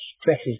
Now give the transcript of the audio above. stresses